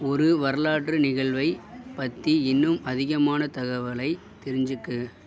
ஒரு வரலாற்று நிகழ்வை பத்தி இன்னும் அதிகமான தகவலை தெரிஞ்சுக்க